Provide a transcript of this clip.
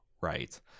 Right